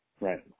Right